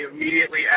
immediately